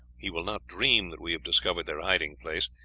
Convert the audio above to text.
he will not dream that we have discovered their hiding place,